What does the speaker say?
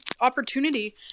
opportunity